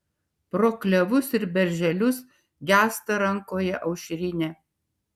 pro klevus ir berželius gęsta rankoje aušrinė